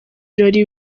ibirori